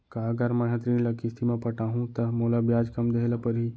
का अगर मैं हा ऋण ल किस्ती म पटाहूँ त मोला ब्याज कम देहे ल परही?